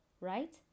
Right